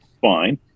fine